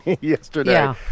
yesterday